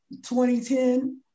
2010